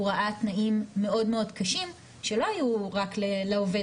הוא ראה תנאים מאוד-מאוד קשים שלא היו רק לעובד